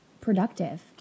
productive